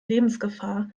lebensgefahr